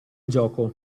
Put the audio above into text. gioco